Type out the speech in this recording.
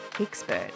expert